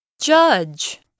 judge